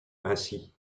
ainsi